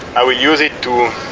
i will use it to